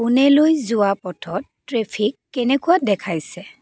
পুনেলৈ যোৱা পথত ট্ৰেফিক কেনেকুৱা দেখাইছে